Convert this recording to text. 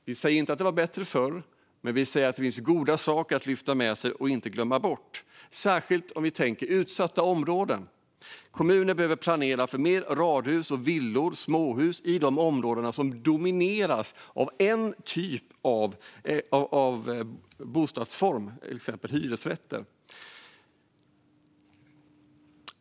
Vi säger inte att det var bättre förr, men vi säger att det finns bra saker att lyfta med sig och inte glömma bort, särskilt när det gäller utsatta områden. Kommunerna behöver planera för mer av radhus, småhus och villor i områden som domineras av en bostadsform, till exempel hyresrätter.